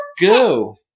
go